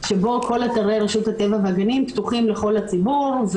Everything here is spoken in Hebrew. שבו כל אתרי רשות הטבע והגנים פתוחים לכל הציבור.